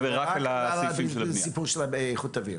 רק לסעיפים של איכות אוויר.